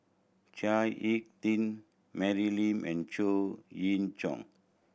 Chao Hick Tin Mary Lim and Chow Chee Yong